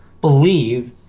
believe